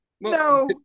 No